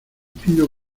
pido